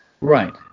Right